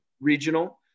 regional